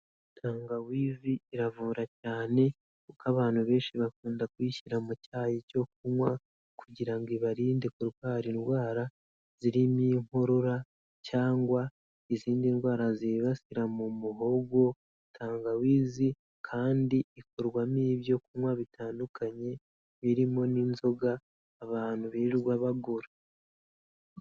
Tangawizi iravura cyane, kuko abantu benshi bakunda kuyishyira mu cyayi cyo kunywa ,kugira ngo ibarinde kurwara indwara zirimo inkorora, cyangwa izindi ndwara zibasira mu muhogo ,tangawizi kandi ikorwamo ibyo kunywa bitandukanye birimo n'inzoga, abantu birirwa bagura.